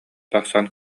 тахсан